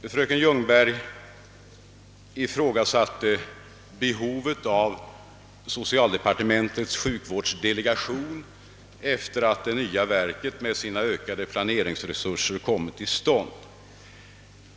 Fröken Ljungberg ifrågasatte behovet av socialvårdsdepartementets sjukvårdsdelegation efter det att det nya verket med dess ökade planeringsresurser kommit till stånd.